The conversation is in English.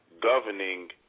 governing